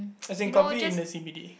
as in coffee in the C_B_D